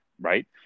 right